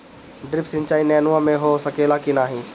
Drip सिंचाई नेनुआ में हो सकेला की नाही?